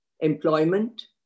employment